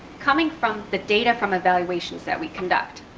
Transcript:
coming from the data from evaluations that we conduct.